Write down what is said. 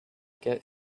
get